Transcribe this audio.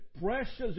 precious